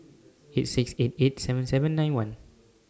eight six eight eight seven seven nine one